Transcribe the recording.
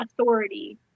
authority